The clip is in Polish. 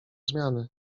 zmiany